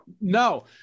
no